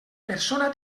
persona